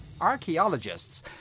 Archaeologists